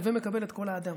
הווי מקבל את כל האדם,